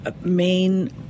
main